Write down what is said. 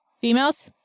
females